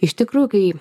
iš tikrųjų kai